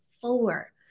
four